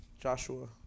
Joshua